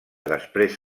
després